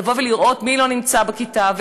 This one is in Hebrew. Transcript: לבוא ולראות מי לא נמצא בכיתה,